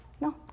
No